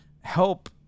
help